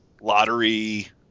lottery